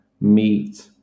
meet